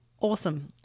awesome